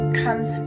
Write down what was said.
comes